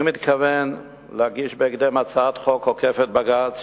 אני מתכוון להגיש בהקדם הצעת חוק עוקפת-בג"ץ,